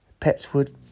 Petswood